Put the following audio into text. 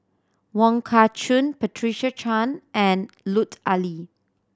Wong Kah Chun Patricia Chan and Lut Ali